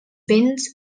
béns